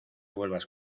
vuelvas